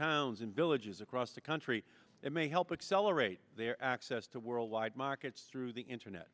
towns and villages across the country that may help excel or rate their access to worldwide markets through the internet